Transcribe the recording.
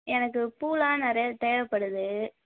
எனக்கு பூவெல்லாம் நிறைய தேவைப்படுது